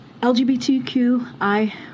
LGBTQI